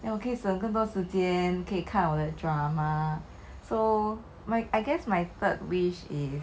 then 我可以省很多时间可以看我的 drama so my I guess my third wish is